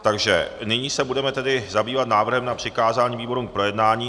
Takže nyní se budeme tedy zabývat návrhem na přikázání výborům k projednání.